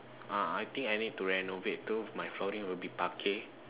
ah I think I need too renovate cause my flooring will be parquet